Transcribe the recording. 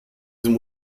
diese